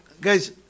guys